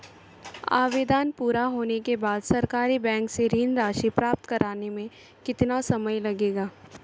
आवेदन पूरा होने के बाद सरकारी बैंक से ऋण राशि प्राप्त करने में कितना समय लगेगा?